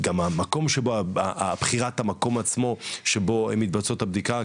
גם בחירת המקום עצמו בו מתבצעת הבדיקה,